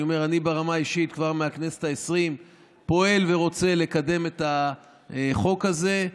אני ברמה האישית כבר מהכנסת העשרים פועל ורוצה לקדם את החוק הזה.